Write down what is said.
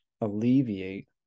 alleviate